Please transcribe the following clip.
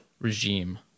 regime